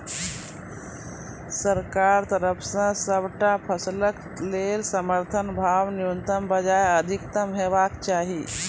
सरकारक तरफ सॅ सबटा फसलक लेल समर्थन भाव न्यूनतमक बजाय अधिकतम हेवाक चाही?